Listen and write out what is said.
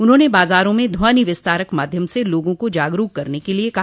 उन्होंने बाजारों में ध्वनि विस्तारक माध्यम से लोगों को जागरूक करने के लिए कहा